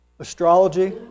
Astrology